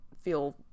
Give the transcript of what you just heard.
feel